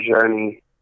Journey